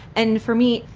and for me,